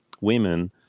women